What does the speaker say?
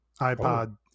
iPod